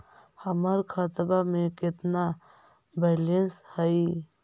हमर खतबा में केतना बैलेंस हई?